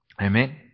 Amen